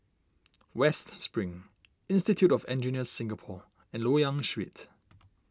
West Spring Institute of Engineers Singapore and Loyang Street